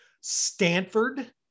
Stanford